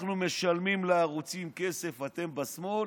אנחנו משלמים לערוצים כסף, אתם בשמאל,